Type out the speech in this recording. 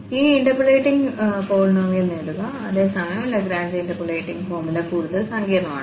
ഈ interpolating polynomial നേടുക അതേസമയം ലാഗ്രാഞ്ച് ഇന്റർപോളേറ്റിംഗ് ഫോർമുല കൂടുതൽ സങ്കീർണ്ണമാണ്